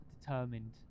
determined